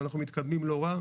אנחנו מתקדמים לא רע.